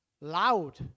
loud